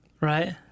right